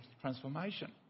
transformation